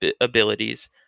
abilities